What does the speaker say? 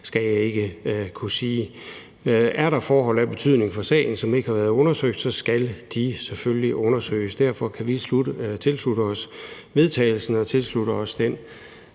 skal jeg ikke kunne sige. Er der forhold af betydning for sagen, som ikke har været undersøgt, skal de selvfølgelig undersøges. Derfor kan vi tilslutte os vedtagelsen og tilslutte os den